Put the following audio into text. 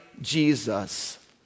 Jesus